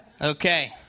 Okay